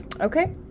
Okay